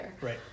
Right